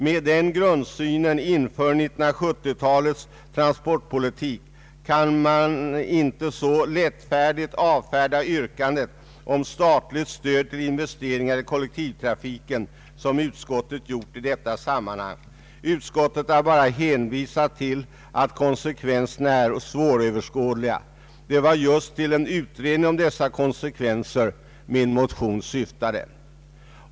Med den grundsynen inför 1970-talets transportpolitik kan man inte så lättfärdigt avfärda det yrkande om statligt stöd till investeringar i kollektivtrafiken som utskottet gjort i detta sammanhang. Utskottet har bara hänvisat till att konsekvenserna är svåröverskådliga. Det var just till en utredning om dessa konsekvenser som min motion syftade.